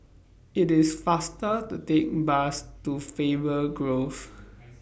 IT IS faster to Take Bus to Faber Grove